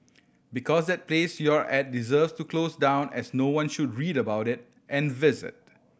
because that place you're at deserve to close down as no one should read about it and visit